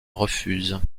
refusent